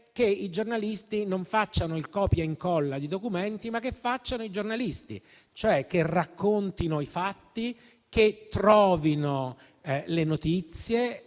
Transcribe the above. che i giornalisti non facciano il copia e incolla dei documenti, ma che facciano i giornalisti, cioè raccontino i fatti e trovino e